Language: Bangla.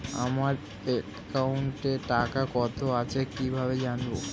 আমার একাউন্টে টাকা কত আছে কি ভাবে জানবো?